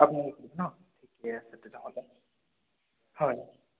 আপোনালোকে ন ঠিকে আছে তেতিয়াহ'লে হয়